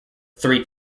three